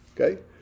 Okay